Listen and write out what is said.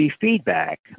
feedback